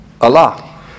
Allah